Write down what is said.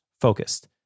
focused